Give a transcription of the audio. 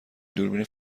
دوربین